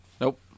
Nope